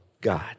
God